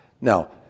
Now